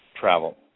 travel